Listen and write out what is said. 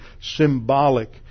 symbolic